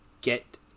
get